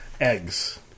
Eggs